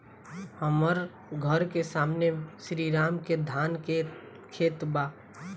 हमर घर के सामने में श्री राम के धान के खेत बा